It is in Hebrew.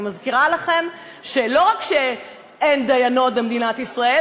אני מזכירה לכם שלא רק שאין דיינות במדינת ישראל,